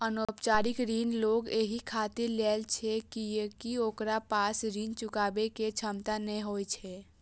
अनौपचारिक ऋण लोग एहि खातिर लै छै कियैकि ओकरा पास ऋण चुकाबै के क्षमता नै होइ छै